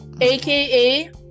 AKA